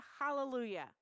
Hallelujah